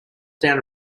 down